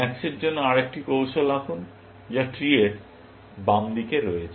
max এর জন্য আরেকটি কৌশল আঁকুন যা ট্রি র এই বাম দিকে রয়েছে